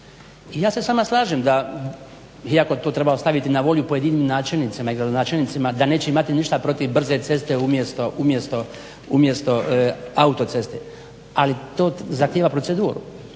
Ja se s vama slažem iako to treba ostaviti na volju pojedinim načelnicima i gradonačelnicima da neće imati ništa protiv brze ceste umjesto autoceste, ali to zahtijeva proceduru,